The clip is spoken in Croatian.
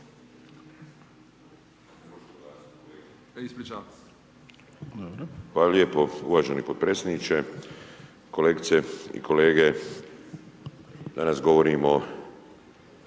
Hvala lijepo uvaženi potpredsjedniče. Kolegice i kolege, danas govorimo